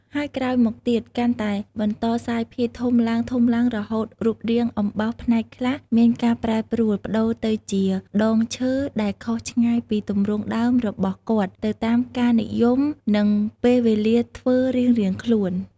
ហើយក្រោយមកទៀតកាន់តែបន្តរសាយភាយធំឡើងៗរហូត រូបរាងអំបោសផ្នែកខ្លះមានការប្រែប្រួល ប្តូរទៅជាដងឈើ ដែលខុសឆ្ងាយពីទំរង់ដើមរបស់គាត់ទៅតាមការនិយមនិងពេលវេលាធ្វើរាងៗខ្លួន។